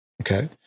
Okay